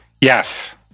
Yes